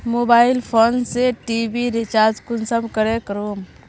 Mobile phone से TV recharge कुंसम करे करूम?